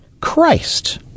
Christ